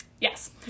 yes